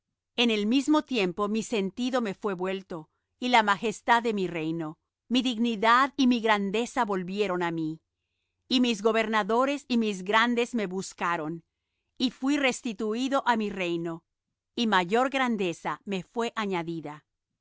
en el mismo tiempo mi sentido me fué vuelto y la majestad de mi reino mi dignidad y mi grandeza volvieron á mí y mis gobernadores y mis grandes me buscaron y fuí restituído á mi reino y mayor grandeza me fué añadida